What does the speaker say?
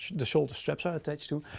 the shoulder straps are attached to.